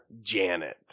Janet